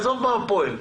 עזוב מה הוא פועל.